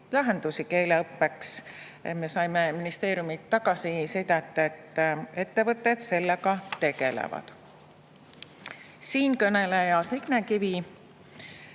lahendusi keeleõppeks. Me saime ministeeriumilt tagasisidet, et ettevõtted sellega tegelevad. Siinkõneleja Signe Kivi